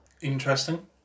Interesting